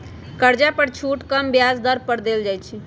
कर्जा पर छुट कम ब्याज दर पर देल जाइ छइ